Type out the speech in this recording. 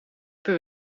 per